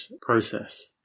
process